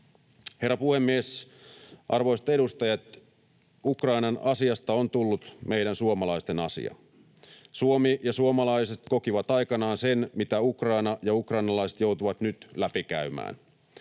Herra puhemies! Arvoisat edustajat! Ukrainan asiasta on tullut meidän suomalaisten asia. Suomi ja suomalaiset kokivat aikanaan sen, mitä Ukraina ja ukrainalaiset joutuvat nyt läpikäymään.